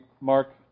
Mark